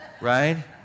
right